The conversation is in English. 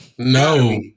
No